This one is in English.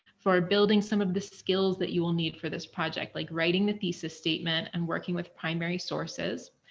for building some of the skills that you will need for this project like writing the thesis statement and working with primary sources.